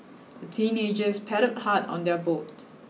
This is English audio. the teenagers paddled hard on their boat